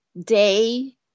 day